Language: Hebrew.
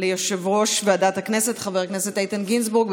ליושב-ראש ועדת הכנסת, חבר הכנסת איתן גינזבורג.